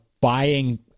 buying